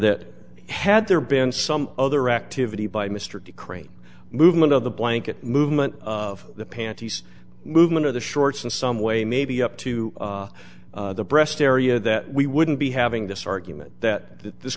that had there been some other activity by mr crane movement of the blanket movement of the panties movement or the shorts in some way maybe up to the breast area that we wouldn't be having this argument that this